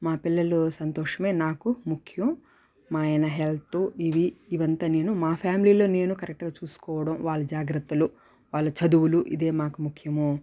మా పిల్లలు సంతోషమే నాకు ముఖ్యం మా ఆయన హెల్తు ఇవి ఇవంతా నేను మా ఫ్యామిలీలో నేను కరెక్ట్గా చూసుకోవడం వాళ్ళ జాగ్రత్తలు వాళ్ళ చదువులు ఇదే మాకు ముఖ్యము